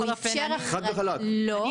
הוא החריג את הענף.